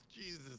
jesus